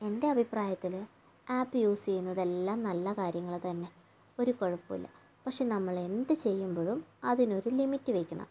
എൻ്റെ അഭിപ്രായത്തിൽ app use ചെയ്യുന്നതെല്ലാം നല്ല കാര്യങ്ങൾ തന്നെ ഒരു കുഴപ്പോം ഇല്ല പക്ഷേ നമ്മൾ എന്ത് ചെയ്യുമ്പോഴും അതിനൊരു ലിമിറ്റ് വെക്കണം